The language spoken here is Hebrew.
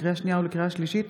לקריאה שנייה ולקריאה שלישית,